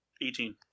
Eighteen